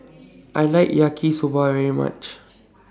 I like Yaki Soba very much